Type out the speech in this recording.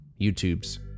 YouTube's